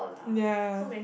ya